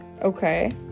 Okay